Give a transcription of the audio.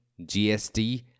GST